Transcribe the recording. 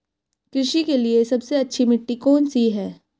कृषि के लिए सबसे अच्छी मिट्टी कौन सी है?